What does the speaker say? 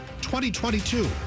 2022